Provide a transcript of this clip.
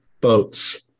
boats